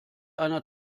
einer